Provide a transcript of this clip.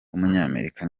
w’umunyamerika